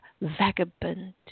vagabond